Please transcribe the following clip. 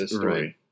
Right